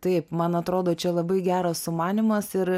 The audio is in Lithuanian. taip man atrodo čia labai geras sumanymas ir